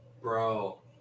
Bro